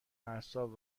اعصاب